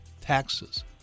taxes